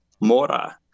Mora